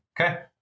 Okay